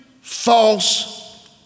false